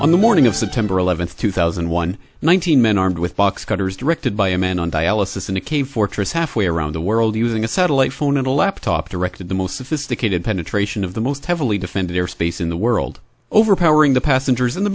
on the morning of september eleventh two thousand and one one thousand men armed with boxcutters directed by a man on dialysis in a cave fortress halfway around the world using a satellite phone and a laptop directed the most sophisticated penetration of the most heavily defended airspace in the world over powering the passengers in the